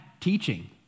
teaching